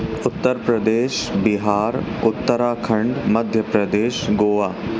Uttar Pradesh Bihar Uttarakhand Madhya Pradesh Goa